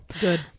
Good